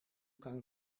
kan